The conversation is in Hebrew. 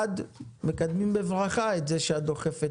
ואז במצב כזה צריך,